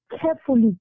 carefully